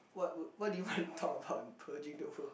what would what do you wanna talk about purging the world